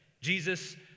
Jesus